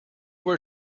were